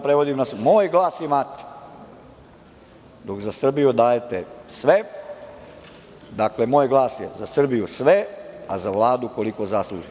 Prevodim to, moj glas imate, dok za Srbiju dajete sve, dakle, moj glas je za Srbiju sve, a za Vladu koliko zasluži.